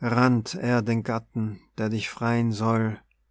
rannt er den gatten der dich freien soll